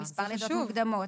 מספר לידות מוקדמות,